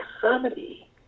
comedy